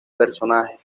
personaje